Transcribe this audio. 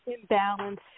imbalance